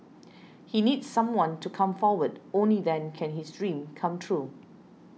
he needs someone to come forward only then can his dream come true